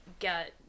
get